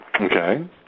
Okay